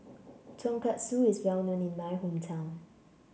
Tonkatsu is well known in my hometown